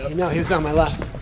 and now he was on my last.